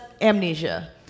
amnesia